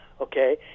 okay